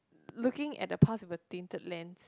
looking at the past with a tinted lens